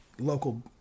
local